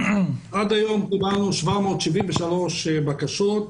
עד היום קיבלנו 787 בקשות.